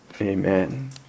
Amen